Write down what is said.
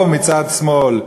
מצד שמאל,